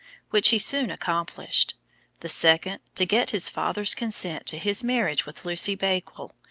which he soon accomplished the second, to get his father's consent to his marriage with lucy bakewell,